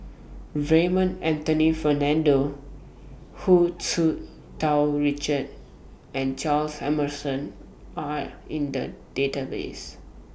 Raymond Anthony Fernando Hu Tsu Tau Richard and Charles Emmerson Are in The Database